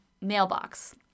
mailbox